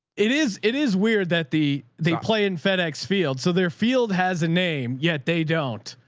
it is, it is weird that the, they play in fedex field. so their field has a name yet. they don't.